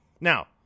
Now